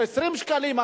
20 שקלים,